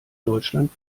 deutschland